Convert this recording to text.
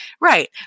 right